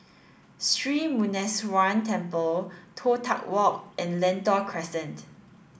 Sri Muneeswaran Temple Toh Tuck Walk and Lentor Crescent